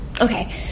Okay